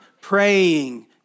praying